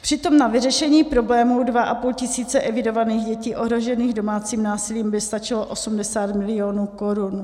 Přitom na vyřešení problémů 2,5 tisíce evidovaných dětí ohrožených domácím násilím by stačilo 80 milionů korun.